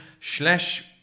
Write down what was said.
slash